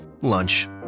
Lunch